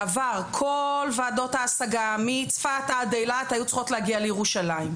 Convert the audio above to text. בעבר כל ועדות ההשגה מצפת ועד אילת היו צריכות להגיע לירושלים,